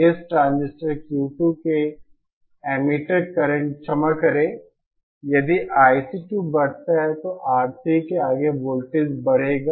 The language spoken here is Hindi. इस ट्रांजिस्टर Q2 के एमिटर करंट क्षमा करें यदि IC2 बढ़ता है तो R3 के आगे वोल्टेज बढ़ेगा